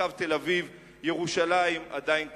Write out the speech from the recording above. קו תל-אביב ירושלים עדיין תקוע,